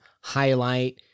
highlight